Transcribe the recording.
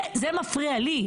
זה מפריע לי.